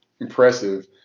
impressive